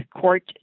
Court